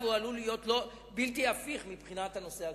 עלול להיות בלתי הפיך מבחינת הנושא הכלכלי.